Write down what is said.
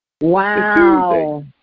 Wow